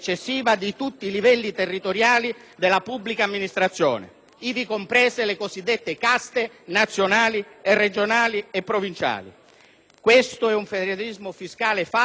ivi comprese le cosiddette caste nazionali, regionali e provinciali. Questo è un federalismo fiscale falso, perché anziché ridurre la spesa pubblica e la pressione fiscale